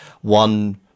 one